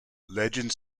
legend